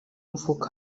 mvuka